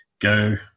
go